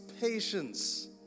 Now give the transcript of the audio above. patience